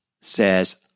says